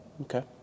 Okay